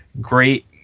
Great